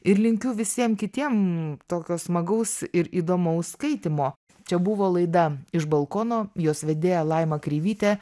ir linkiu visiem kitiem tokio smagaus ir įdomaus skaitymo čia buvo laida iš balkono jos vedėja laima kreivytė